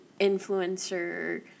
influencer